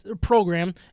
Program